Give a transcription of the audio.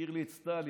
הזכיר לי את סטלין.